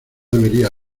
debería